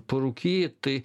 parūkyt tai